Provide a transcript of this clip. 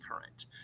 Current